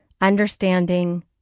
understanding